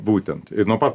būtent nuo pat